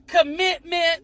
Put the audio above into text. commitment